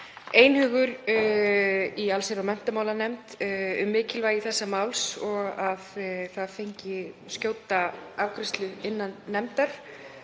einhugur í allsherjar- og menntamálanefnd um mikilvægi þessa máls og að það fengi skjóta afgreiðslu í nefndinni.